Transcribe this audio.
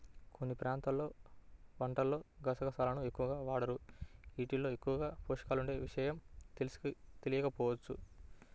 కొన్ని ప్రాంతాల్లో వంటల్లో గసగసాలను ఎక్కువగా వాడరు, యీటిల్లో ఎక్కువ పోషకాలుండే విషయం తెలియకపోవచ్చు